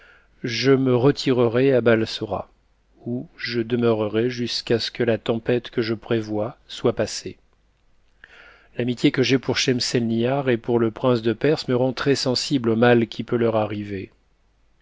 je me retirerai à balsora où je demeurerai jusqu'à ce que la tempête que je prévois soit passée l'amitié que j'ai pour schemsélnihar et pour le prince de perse me rend très-sensible au mal qui peut leur arriver